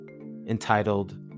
entitled